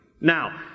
Now